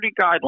guidelines